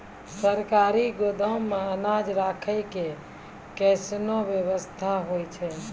सरकारी गोदाम मे अनाज राखै के कैसनौ वयवस्था होय छै?